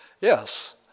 Yes